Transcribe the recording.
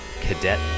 cadet